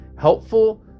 helpful